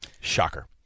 Shocker